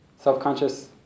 self-conscious